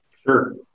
Sure